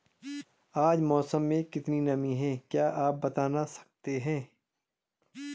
आज मौसम में कितनी नमी है क्या आप बताना सकते हैं?